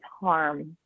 harm